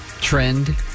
trend